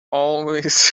always